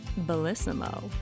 Bellissimo